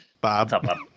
Bob